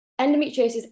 endometriosis